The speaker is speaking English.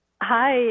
Hi